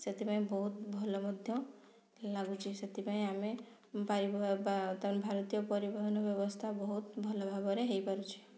ସେଥିପାଇଁ ବହୁତ ଭଲ ମଧ୍ୟ ଲାଗୁଛି ସେଥିପାଇଁ ଆମେ ବା ତାମାନେ ଭାରତୀୟ ପରିବହନ ବ୍ୟବସ୍ଥା ବହୁତ ଭଲ ଭାବରେ ହେଇ ପାରୁଛି